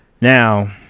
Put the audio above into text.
Now